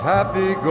Happy